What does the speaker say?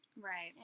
Right